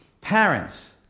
parents